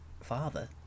father